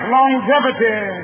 Longevity